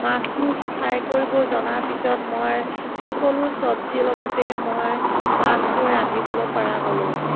মাছটো ফ্ৰাই কৰিব জনাৰ পিছত মই সকলো চব্জি লগতে মই মাছটো ৰান্ধিবলৈ পৰা হ'লোঁ